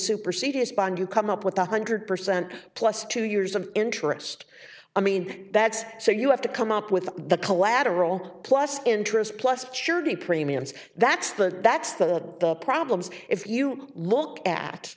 supersedeas bond you come up with a hundred percent plus two years of interest i mean that's so you have to come up with the collateral plus interest plus surety premiums that's the that's the the problems if you look at